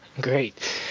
Great